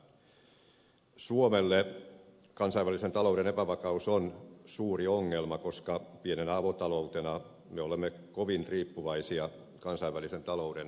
suomelle kansainvälisen talouden epävakaus on suuri ongelma koska pienenä avotaloutena me olemme kovin riippuvaisia kansainvälisen talouden vaihteluista